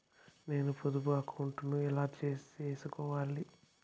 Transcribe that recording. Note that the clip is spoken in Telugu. నేను పొదుపు అకౌంటు ను ఎలా సేసుకోవాలి?